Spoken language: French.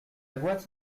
boîte